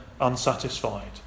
unsatisfied